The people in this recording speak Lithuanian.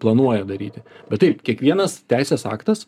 planuoja daryti bet taip kiekvienas teisės aktas